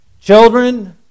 children